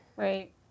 Right